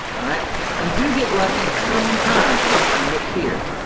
all right, you do get lucky sometimes and look here.